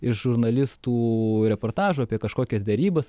iš žurnalistų reportažų apie kažkokias derybas